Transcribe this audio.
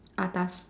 atas